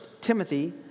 Timothy